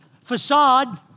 facade